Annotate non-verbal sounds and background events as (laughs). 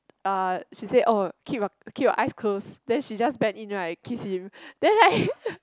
uh she said oh keep your keep your eyes closed then she just bend in right kiss him then like (laughs)